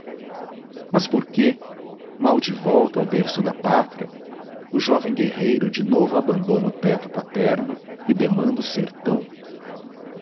mas por que mal de volta ao berço da pátria o jovem guerreiro de novo abandona o teto paterno e demanda o sertão